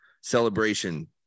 Celebration